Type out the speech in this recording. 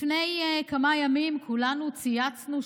לפני כמה ימים כולנו צייצנו,